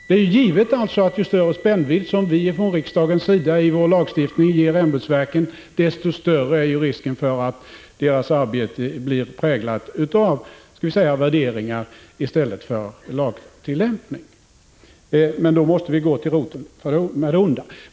Det är givet att ju större spännvidd som vi från riksdagens sida i vår lagstiftning ger ämbetsverken, desto större är risken att ämbetsverkens arbete blir präglat av värderingar i stället för lagtillämpning. Då måste vi gå till roten med det onda.